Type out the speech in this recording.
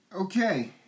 Okay